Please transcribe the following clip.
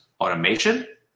Automation